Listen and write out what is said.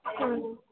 ಹಾಂ ಹಾಂ